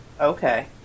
okay